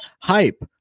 hype